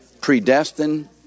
predestined